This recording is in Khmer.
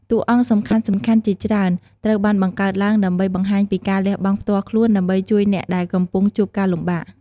តួអង្គសំខាន់ៗជាច្រើនត្រូវបានបង្កើតឡើងដើម្បីបង្ហាញពីការលះបង់ផ្ទាល់ខ្លួន ដើម្បីជួយអ្នកដែលកំពុងជួបការលំបាក។